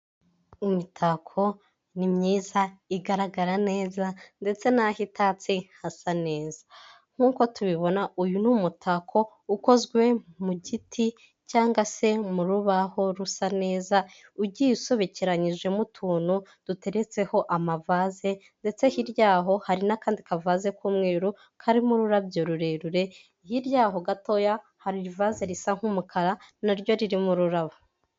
Imitako ni myiza, igaragara neza ndetse n'aho itatse hasa neza. Nk'uko tubibona, uyu ni umutako ukozwe mu giti cyangwa se mu rubaho rusa neza, ugiye usobekeranyijemo utuntu duteretseho amavaze ndetse hirya yaho hari n'akandi kavaze k'umweru, karimo ururabyo rurerure, hirya yaho gatoya hari ivaze risa nk'umukara na ryo ririmo ururabo.